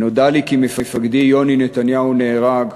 ונודע לי כי מפקדי יוני נתניהו נהרג,